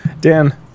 Dan